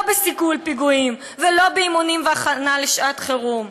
לא בסיכול פיגועים ולא באימונים ובהכנה לשעת חירום.